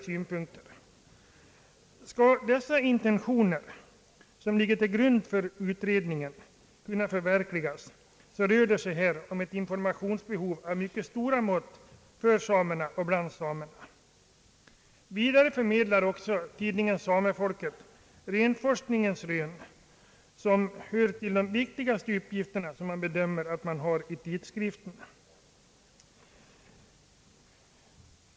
Skall de intentioner som ligger till grund för utredningens förslag kunna förverkligas, gäller det att tillgodose ett informationsbehov av mycket stora mått för samerna och bland samerna. Vidare förmedlar tidningen Samefolket renforskningens resultat, och detta bedöms vara en av tidskriftens viktigare uppgifter.